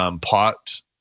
pot